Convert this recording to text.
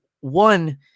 one